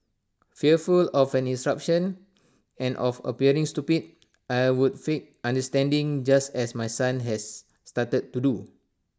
fearful of an eruption and of appearing stupid I would feign understanding just as my son has started to do